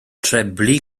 treblu